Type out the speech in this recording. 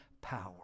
power